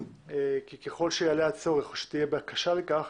כי ככל שיעלה הצורך או שתהיה בקשה לכך,